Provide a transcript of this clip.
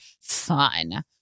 fun